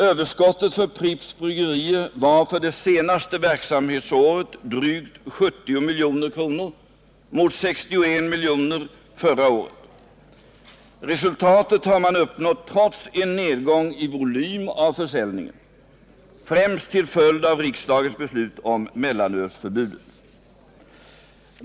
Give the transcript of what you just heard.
Överskottet för Pripps bryggerier var för det senaste verksamhetsåret drygt 70 milj.kr. mot 61 milj.kr. förra året. Resultatet har man uppnått trots en nedgång i volym av försäljningen, främst till följd av riksdagens beslut om mellanölsförbudet.